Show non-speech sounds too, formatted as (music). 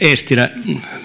(unintelligible) eestilä